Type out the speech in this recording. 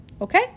okay